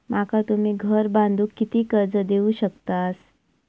माका तुम्ही घर बांधूक किती कर्ज देवू शकतास?